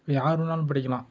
இப்போ யார் வேணாலும் படிக்கலாம்